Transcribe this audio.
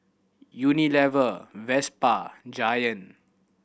Unilever Vespa Giant